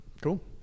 Cool